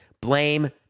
Blame